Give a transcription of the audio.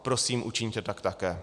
Prosím, učiňte tak také.